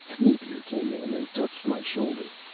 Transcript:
napier came in and touched my shoulder.